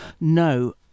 No